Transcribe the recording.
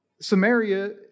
Samaria